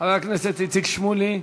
חבר הכנסת איציק שמולי,